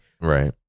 Right